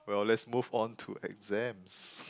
well let's move on to exams